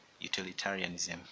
utilitarianism